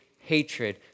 hatred